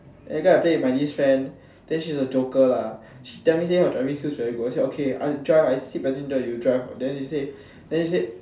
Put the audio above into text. then that time I play with my this friend then she's a joker lah she tell me say her driving skill very good I say okay I drive I sit passenger you drive then they say then they say